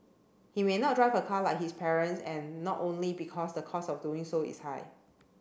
he may not drive a car like his parents and not only because the cost of doing so is high